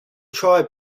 tribe